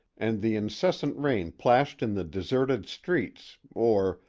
and the incessant rain plashed in the deserted streets, or,